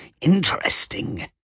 Interesting